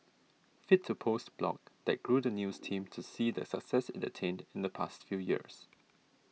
fit to Post blog that grew the news team to see the success it attained in the past few years